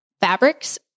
fabrics